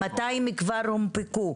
ה-200 כבר הונפקו,